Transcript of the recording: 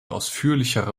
ausführlichere